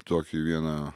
tokį vieną